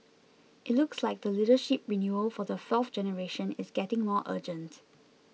it looks like the leadership renewal for the fourth generation is getting more urgent